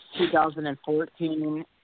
2014